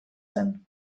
zen